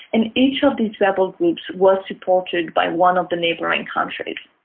and each of these rebel groups was supported by one of the neighbouring countries.